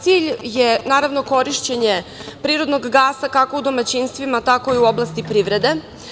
Cilj je, naravno, korišćenje prirodnog gasa, kako u domaćinstvima, tako i u oblasti privrede.